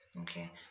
okay